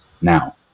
Now